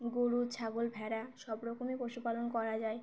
গরু ছাগল ভেড়া সব রকমই পশুপালন করা যায়